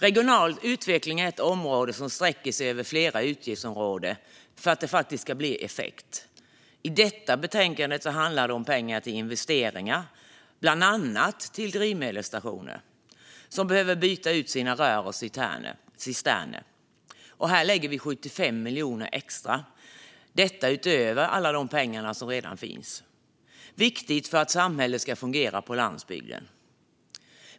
Regional utveckling är ett område som sträcker sig över flera utgiftsområden för att det ska ge effekt. I detta betänkande handlar det om pengar till investeringar ibland annat drivmedelsstationer som behöver byta ut sina rör och cisterner. Här lägger vi 75 miljoner extra utöver de pengar som redan finns. Det är viktigt för att samhället ska fungera på landsbygden.